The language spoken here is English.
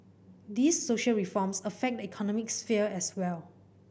these social reforms affect economic sphere as well